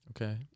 Okay